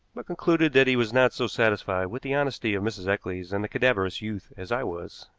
but concluded that he was not so satisfied with the honesty of mrs. eccles and the cadaverous youth as i was.